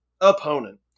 opponent